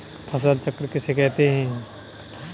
फसल चक्र किसे कहते हैं?